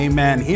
Amen